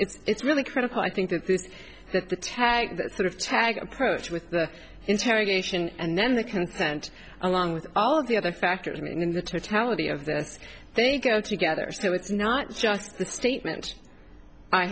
and it's really critical i think that this that the tag that sort of tag approach with the interrogation and then the content along with all of the other factors in the totality of this they go together so it's not just the statement i